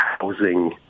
housing